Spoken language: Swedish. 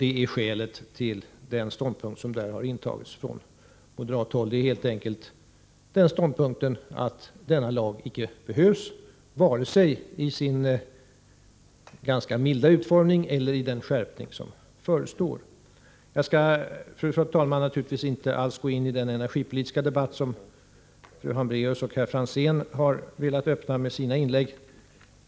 Det är skälet till den ståndpunkt som har intagits från moderat håll. Denna lag behövs helt enkelt inte, vare sig i sin ganska milda omfattning eller i den skärpning som nu föreslås. Jag skall naturligtvis inte alls gå in i den energipolitiska debatt som fru Hambraeus och herr Franzén har velat öppna med sina inlägg.